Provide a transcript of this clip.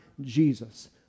Jesus